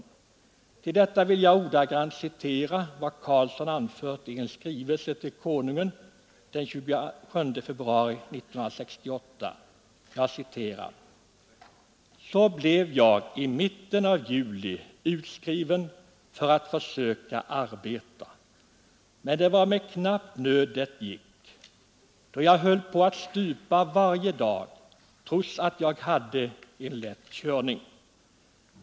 För bemötande av detta vill jag ordagrant citera vad Karlsson anfört i en skrivelse till Konungen den 27 februari 1968: ”Så blev jag i mitten av juli utskriven för att försöka arbeta, men det var med knapp nöd det gick, då jag höll på att stupa varje dag trots att jag hade en lätt körning.